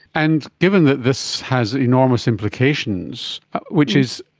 and given that this has enormous implications which is,